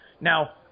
Now